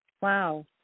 Wow